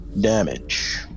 damage